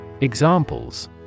Examples